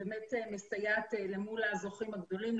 ובאמת מסייעת למול הזוכים הגדולים,